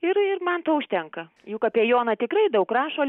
ir ir man to užtenka juk apie joną tikrai daug rašo